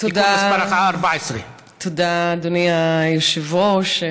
תודה, אדוני היושב-ראש.